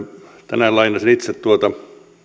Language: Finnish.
tänään lainasin itse tuota